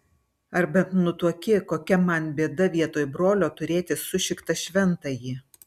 ar bent nutuoki kokia man bėda vietoj brolio turėti sušiktą šventąjį